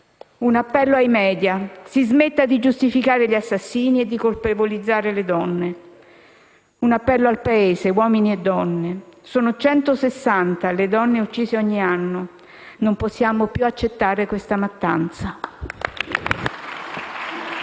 Un appello ai *media*: si smetta di giustificare gli assassini e di colpevolizzare le donne. Un appello al Paese, uomini e donne: sono 160 le donne uccise ogni anno, non possiamo più accettare questa mattanza.